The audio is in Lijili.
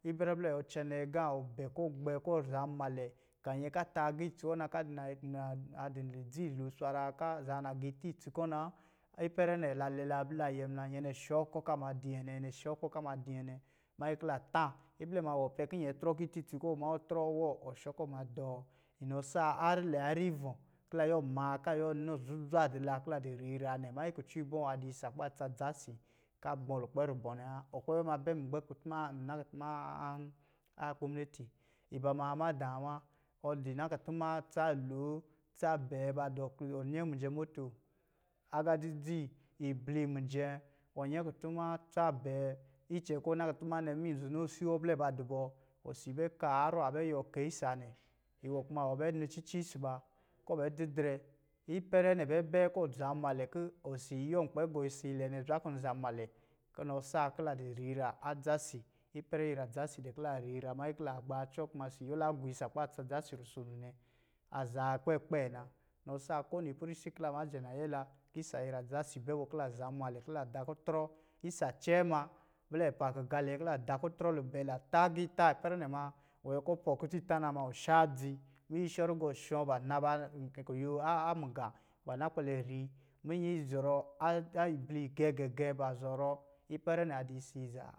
Ipɛrɛ blɛ ɔ cɛnɛ agā ɔ bɛ kɔ gbɛ kɔ zanmalɛ. ka nyɛ ka tagii itsi wɔ na ka di na-na-a di lidzi lo swaraa ka a zaa na giitā itsi kɔ na, ipɛrɛ nɛ, la lɛla abli la yɛ muna. Nyɛ shɔɔ kɔ ka ma di nyɛ nɛ, nyɛ shɔɔ kɔ ka ma di nyɛ nɛ, manyi ki la tā, iblɛ ma, wɔ pɛ ki nyɛ trɔ agiiti itsi bɔ, ma ɔ trɔ wɔ, ɔ shɔ kɔ maa dɔɔ. Inɔ sa harr lɛ harr ivɔ̄ ki la yɔ maa ka yuwɔ nɔ zuzwa di la, ki la di riira nɛ manyi kucɔ ibɔ̄, a di isa kuba tsa dza si ka gbɔ lukpɛ rubɛɔ nɛ wa ɔ kpɛ bɛ maa bɛ muna kutuma a-a-agɔminati. iba ma madāā wa. ɔ di na kutuma tsa lo, tsa bɛɛ ba dɔ klodzi bɔ, ɔ yɛ mijɛ moto, agā dzidzi, ibli mijɛ, ɔ yɛ kutuma tsa bɛɛ, icɛ̄ kɔ na kutuma nɛ, minyɛ zonoosi wɔ blɛ ba du bɔ, osi bɛ ka harrɔ a bɛ yuwɔ keyi isa nɛ, iwɔ kuma ɔ bɛ ni cici su ba, kɛ bɛ didrɛ. ipɛrɛ nɛ bɛ bɛ kɔ zanmalɛ kin osi yuwɔ kpɛ gɔ isiilɛ nɛ zwa kɔ̄ zanmalɛ, ku nɔ saa ki la di riira a dza si. ipɛrɛ ira a dza si dɛ ki la riira manyi ki la gbaacɔ. kuma osi yuwɔ la guisa kuba dza tsa si rusono nɛ. Aza kpɛkpɛ na. Inɔ saa ka nipɛrisi ki la majɛ nayɛ la kil isa ira dza si bɛ bɔ ki la zanmalɛ, kila da kutrɔ, isa cɛɛ ma, blɛ pa gigā lɛ ki la da kutrɔ lubɛ, la tagiitā, ipɛrɛ nɛ ma, wɔ nyɛ kɔ pɔɔ kucɔ itā na ma ɔ shaadzi. minyɛ shɔ rugɔ̄ shɔ̄, ba na baa n kuyo a mugā kuba na kpɛlɛ ri. Minyɛ izɔrɔ a-a ibli gɛgɛgɛɛ ba zɔrɔ. ipɛrɛ nɛ a di isa zaa.